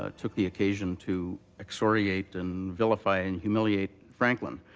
ah took the occasion to excoriate and vilify and humiliate franklin.